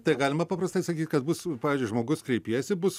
tai galima paprastai sakyt kad bus pavyzdžiui žmogus kreipiesi bus